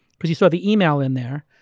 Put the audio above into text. but he saw the email in there